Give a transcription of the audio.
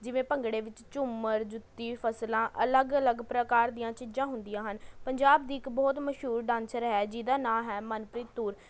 ਜਿਵੇਂ ਭੰਗੜੇ ਵਿੱਚ ਝੂੰਮਰ ਜੁੱਤੀ ਫ਼ਸਲਾਂ ਅਲੱਗ ਅਲੱਗ ਪ੍ਰਕਾਰ ਦੀਆਂ ਚੀਜ਼ਾਂ ਹੁੰਦੀਆਂ ਹਨ ਪੰਜਾਬ ਦੀ ਇੱਕ ਬਹੁਤ ਮਸ਼ਹੂਰ ਡਾਂਸਰ ਹੈ ਜਿਹਦਾਂ ਨਾਂ ਹੈ ਮਨਪ੍ਰੀਤ ਤੂਰ